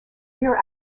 rear